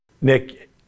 Nick